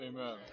Amen